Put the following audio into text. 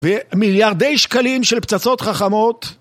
ומיליארדי שקלים של פצצות חכמות